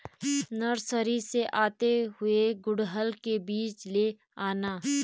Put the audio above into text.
nursery से आते हुए गुड़हल के बीज ले आना